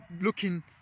looking